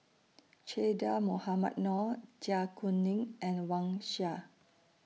Che Dah Mohamed Noor Zai Kuning and Wang Sha